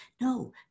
No